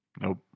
Nope